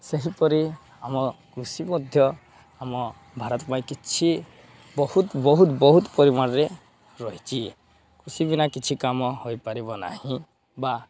ସେହିପରି ଆମ କୃଷି ମଧ୍ୟ ଆମ ଭାରତ ପାଇଁ କିଛି ବହୁତ ବହୁତ ବହୁତ ପରିମାଣରେ ରହିଛି କୃଷି ବିନା କିଛି କାମ ହୋଇପାରିବ ନାହିଁ ବା